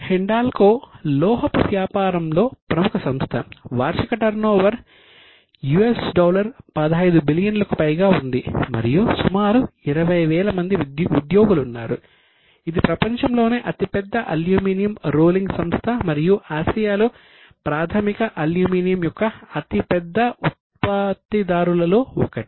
హిండాల్కో లోహపు వ్యాపారంలో ప్రముఖ సంస్థ వార్షిక టర్నోవర్ US డాలర్ 15 బిలియన్లకు పైగా ఉంది మరియు సుమారు 20000 మంది ఉద్యోగులున్నారు ఇది ప్రపంచంలోనే అతిపెద్ద అల్యూమినియం రోలింగ్ సంస్థ మరియు ఆసియాలో ప్రాధమిక అల్యూమినియం యొక్క అతిపెద్ద ఉత్పత్తిదారులలో ఒకటి